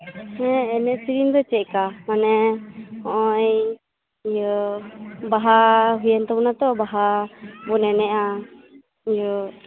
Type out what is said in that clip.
ᱦᱮ ᱮᱱᱮᱡ ᱥᱮᱨᱮᱧ ᱫᱚ ᱪᱮᱫᱞᱮᱠᱟ ᱢᱟᱱᱮ ᱦᱚᱜᱼᱚᱭ ᱤᱭᱟᱹ ᱵᱟᱦᱟ ᱦᱩᱭᱮᱱ ᱛᱟᱵᱚᱱᱟ ᱛᱚ ᱵᱟᱦᱟ ᱢᱟᱱᱮ ᱤᱭᱟᱹ